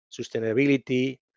sustainability